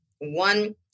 one